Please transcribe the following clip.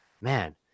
man